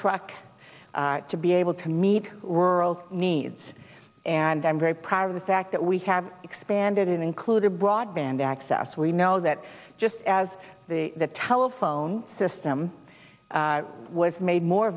truck to be able to meet rural needs and i'm very proud of the fact that we have expanded it included broadband access we know that just as the the telephone system was made more